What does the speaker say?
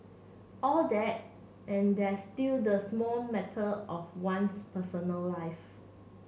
all that and there's still the small matter of one's personal life